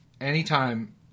anytime